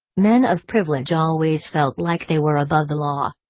men of privilege always felt like they were above the law.